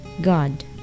God